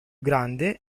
grande